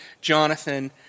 Jonathan